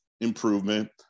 improvement